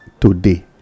today